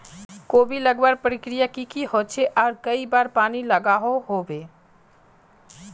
कोबी लगवार प्रक्रिया की की होचे आर कई बार पानी लागोहो होबे?